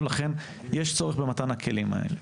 לכן יש צורך במתן הכלים האלה.